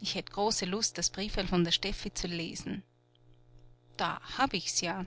ich hätt große lust das brieferl von der steffi zu lesen da hab ich's ja